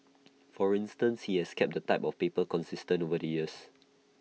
for instance he has kept the type of paper consistent over the years